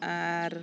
ᱟᱨ